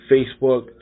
Facebook